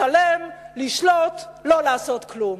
לשלם, לשלוט, לא לעשות כלום.